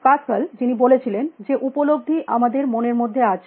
Pascal যিনি বলেছিলেন যে উপলব্ধি আমাদের মনের মধ্যে আছে